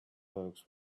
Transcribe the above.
folks